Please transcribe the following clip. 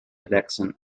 relaxing